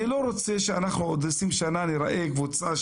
אני לא רוצה שבעוד 20 שנה אנחנו ניראה קבוצה